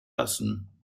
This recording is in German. lassen